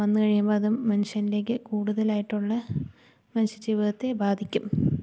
വന്ന് കഴിയുമ്പം അത് മനുഷ്യരിലേക്ക് കൂടുതലായിട്ടുള്ള മനുഷ്യ ജീവിതത്തേ ബാധിക്കും